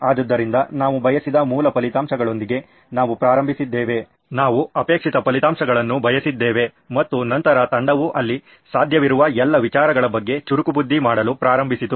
ಆದ್ದರಿಂದ ನಾವು ಬಯಸಿದ ಮೂಲ ಫಲಿತಾಂಶಗಳೊಂದಿಗೆ ನಾವು ಪ್ರಾರಂಭಿಸಿದ್ದೇವೆ ನಾವು ಬಯಸಿದ ಫಲಿತಾಂಶಗಳನ್ನು ಬಯಸಿದ್ದೇವೆ ಮತ್ತು ನಂತರ ತಂಡವು ಅಲ್ಲಿ ಸಾಧ್ಯವಿರುವ ಎಲ್ಲ ವಿಚಾರಗಳ ಬಗ್ಗೆ ಚುರುಕುಬುದ್ದಿ ಮಾಡಲು ಪ್ರಾರಂಭಿಸಿತು